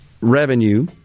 revenue